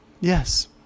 yes